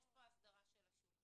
יש פה הסדרה של השוק.